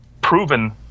proven